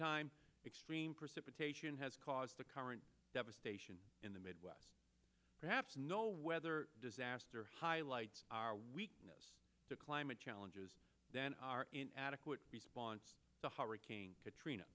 time extreme precipitation has caused the current devastation in the midwest perhaps no weather disaster highlights our weakness the climate challenges then are an adequate response to hurricane katrina